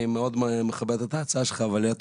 אני מאוד מכבד את ההצעה שלך אבל העלית